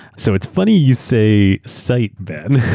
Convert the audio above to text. so it's funny you say site, ben.